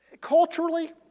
Culturally